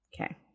Okay